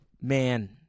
Man